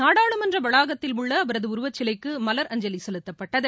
நாடாளுமன்றவளாகத்தில் உள்ளஅவரதுஉருவச்சிலைக்குமலரஞ்சலிசெலுத்தப்பட்டது